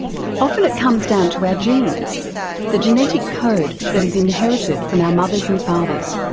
often it comes down to our genes the genetic code that is inherited from our mothers and fathers.